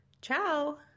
Ciao